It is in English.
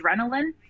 adrenaline